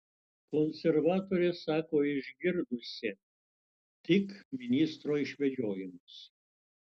konservatorė sako išgirdusi tik ministro išvedžiojimus